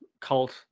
cult